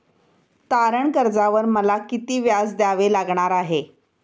तारण कर्जावर मला किती व्याज द्यावे लागणार आहे?